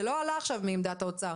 זה לא עלה עכשיו מעמדת האוצר,